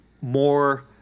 more